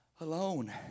alone